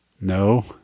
no